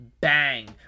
Bang